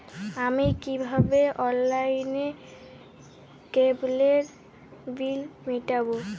আমি কিভাবে অনলাইনে কেবলের বিল মেটাবো?